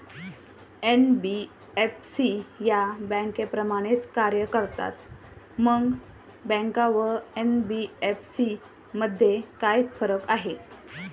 NBFC या बँकांप्रमाणेच कार्य करतात, मग बँका व एन.बी.एफ.सी मध्ये काय फरक आहे?